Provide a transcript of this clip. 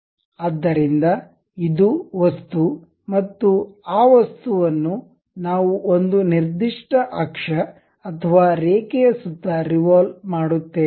ಆದ್ದರಿಂದ ಇದು ವಸ್ತು ಮತ್ತು ಆ ವಸ್ತುವನ್ನು ನಾವು ಒಂದು ನಿರ್ದಿಷ್ಟ ಅಕ್ಷ ಅಥವಾ ರೇಖೆಯ ಸುತ್ತ ರಿವಾಲ್ವ್ ಮಾಡುತ್ತೇವೆ